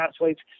athletes